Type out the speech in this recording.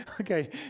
okay